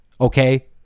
okay